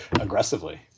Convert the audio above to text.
aggressively